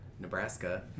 nebraska